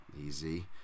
easy